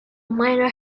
miner